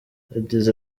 yagize